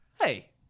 Hey